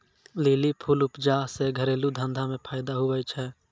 lily फूल उपजा से घरेलू धंधा मे फैदा हुवै छै